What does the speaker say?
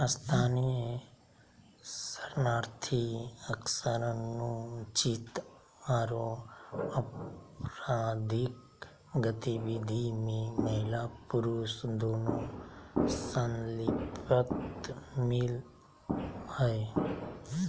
स्थानीय शरणार्थी अक्सर अनुचित आरो अपराधिक गतिविधि में महिला पुरुष दोनों संलिप्त मिल हई